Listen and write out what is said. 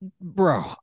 bro